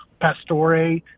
Pastore